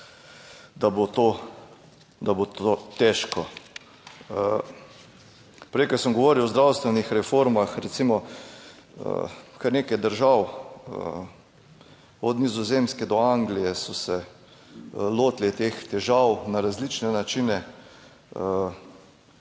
da bo to težko. Prej, ko sem govoril o zdravstvenih reformah, recimo, kar nekaj držav, od Nizozemske do Anglije, so se lotili teh težav na različne načine.